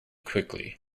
quickly